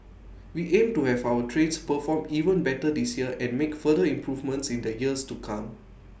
we aim to have our trains perform even better this year and make further improvements in the years to come